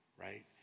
right